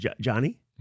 Johnny